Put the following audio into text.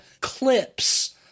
clips